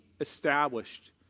established